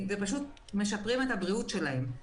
הם פשוט משפרים את הבריאות שלהם.